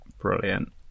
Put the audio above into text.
Brilliant